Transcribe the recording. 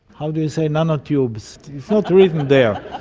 how do you say nano-tubes? it's not written there!